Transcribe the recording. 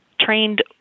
trained